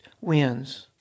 wins